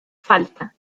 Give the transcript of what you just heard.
falta